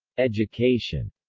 education